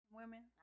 women